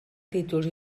títols